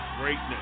greatness